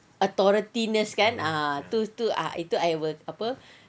authority-ness kan ah itu itu itu I will apa